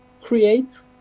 create